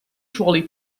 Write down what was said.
trolley